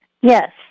Yes